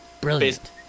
Brilliant